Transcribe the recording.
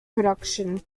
production